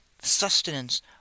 sustenance